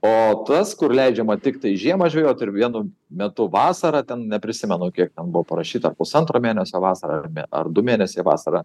o tas kur leidžiama tiktai žiemą žvejot ir vienu metu vasarą ten neprisimenu kiek buvo parašyta ar pusantro mėnesio vasarą ar mė ar du mėnesiai vasarą